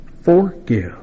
forgive